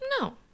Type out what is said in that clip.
No